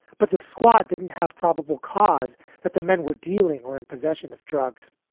but the squad didn't have probable cause that the men were dealing or in possession of drugs.